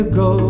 go